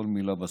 כל מילה בסלע.